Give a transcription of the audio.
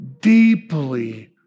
deeply